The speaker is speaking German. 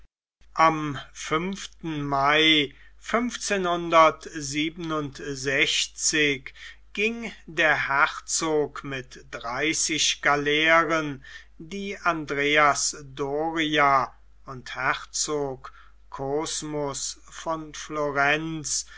am mai ging der herzog mit dreißig galeeren die andreas doria und herzog cosmus von florenz